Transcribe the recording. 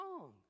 wrong